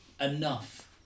enough